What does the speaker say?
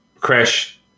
Crash